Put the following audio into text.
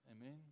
Amen